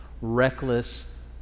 reckless